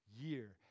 year